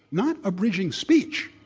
not abridging speech,